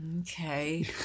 Okay